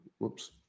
Whoops